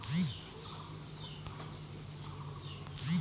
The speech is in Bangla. আলু চাষের জমি তৈরির জন্য চাষের উপযোগী কোনটি ট্রাক্টর না পাওয়ার টিলার?